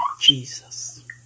Jesus